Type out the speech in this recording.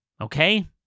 Okay